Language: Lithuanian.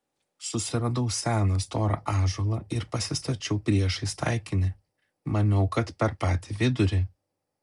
susiradau seną storą ąžuolą ir pasistačiau priešais taikinį maniau kad per patį vidurį